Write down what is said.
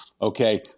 Okay